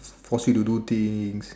force you to do things